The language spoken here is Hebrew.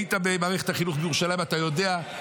היית במערכת החינוך בירושלים ואתה יודע,